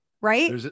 Right